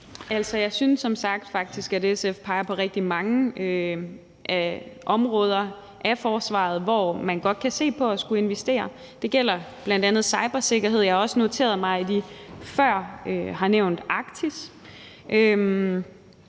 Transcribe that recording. at SF faktisk peger på rigtig mange områder af forsvaret, hvor man godt kan se på at skulle investere. Det gælder bl.a. cybersikkerhed, og jeg har også noteret mig, at I før har nævnt Arktis.